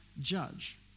judge